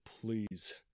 Please